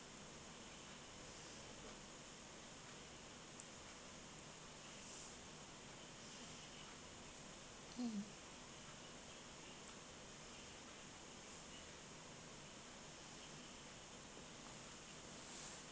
mm